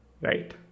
right